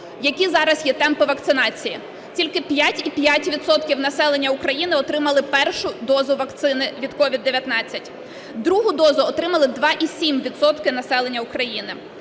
Які зараз є темпи вакцинації? Тільки 5,5 відсотка населення України отримали першу дозу вакцини від COVID-19, другу дозу отримали 2,7 відсотка населення України.